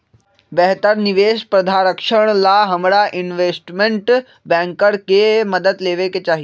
बेहतर निवेश प्रधारक्षण ला हमरा इनवेस्टमेंट बैंकर के मदद लेवे के चाहि